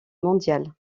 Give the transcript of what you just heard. mondial